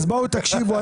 אז בואו, תקשיבו.